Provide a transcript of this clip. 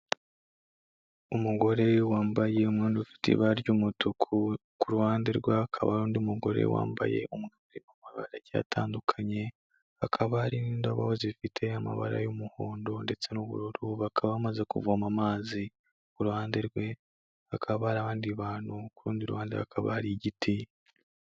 Umugore wambaye umwenda ufite ibara ry'umutuku, ku ruhande rwe hakaba hari undi mugore wambaye umwenda urimo amabara agiye atandukanye, hakaba hari n'indobo zifite amabara y'umuhondo ndetse n'ubururu, bakaba bamaze kuvoma amazi, ku ruhande rwe hakaba hari abandi bantu, ku rundi ruhande hakaba hari igiti.